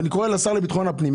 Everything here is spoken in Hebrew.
אני קורא לשר לביטחון הפנים.